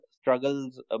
struggles